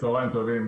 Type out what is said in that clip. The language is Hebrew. צוהריים טובים,